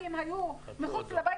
כי הם היו מחוץ לבית,